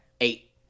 eight